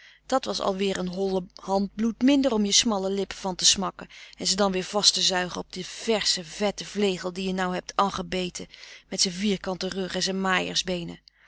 dat was alweer een holle hand bloed minder om je smalle lippen van te smakken en ze dan weer vast te zuigen op die versche vette vlegel die je nou heb angebeten met zijn vierkante rug en zijn